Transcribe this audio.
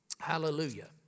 Hallelujah